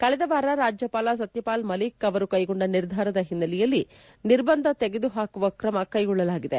ಕಳೆದ ವಾರ ರಾಜ್ಯಪಾಲ ಸತ್ಯಪಾಲ ಮಲ್ಲಿಕ್ ಅವರು ಕೈಗೊಂಡ ನಿರ್ಧಾರದ ಹಿನ್ನೆಲೆಯಲ್ಲಿ ನಿರ್ಬಂಧ ತೆಗೆದು ಪಾಕುವ ಕ್ರಮ ಕೈಗೊಳ್ಳಲಾಗಿದೆ